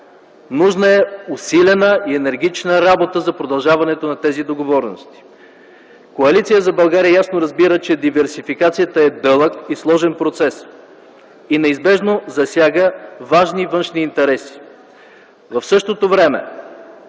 Нужна е усилена и енергична работа за продължаването на тези договорености. Коалиция за България ясно разбира, че диверсификацията е дълъг и сложен процес и неизбежно засяга важни външни интереси. В същото време